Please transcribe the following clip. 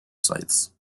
sites